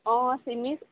অঁ চিমি